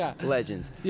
legends